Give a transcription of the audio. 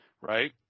Right